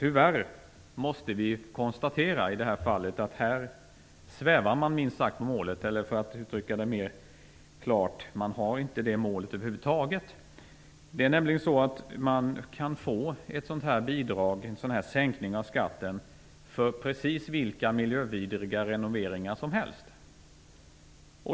Tyvärr måste vi konstatera att man i det här fallet minst sagt svävar på målet, eller för att uttrycka det mer klart har man inte det målet över huvud taget. Det är nämligen så att det går att få ett sådant här bidrag, en sänkning av skatten, för precis vilka miljövidriga renoveringar som helst.